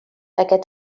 aquest